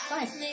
Fine